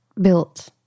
built